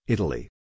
Italy